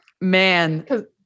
man